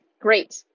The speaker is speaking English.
Great